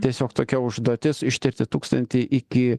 tiesiog tokia užduotis ištirti tūkstantį iki